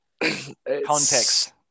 Context